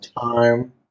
time